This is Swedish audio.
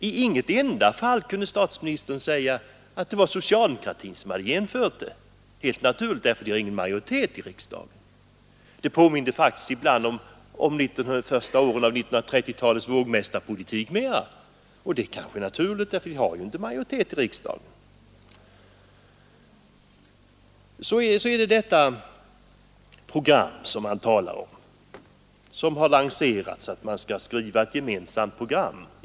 I inget enda fall kunde statsministern säga att det var socialdemokratin som hade genomfört något helt naturligt, eftersom den inte har någon majoritet i riksdagen. Det påminde faktiskt ibland mycket mera om vågmästarpolitiken under de första åren av 1930-talet. Så är det detta program som man talar om: vi skall skriva ett gemensamt program.